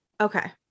okay